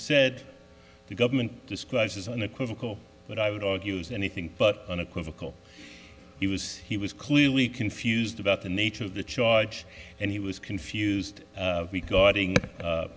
said the government describes as unequivocal but i would argue is anything but unequivocal he was he was clearly confused about the nature of the charge and he was confused guarding